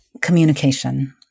communication